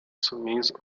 soumises